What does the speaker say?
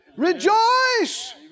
Rejoice